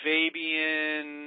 Fabian